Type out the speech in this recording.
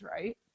right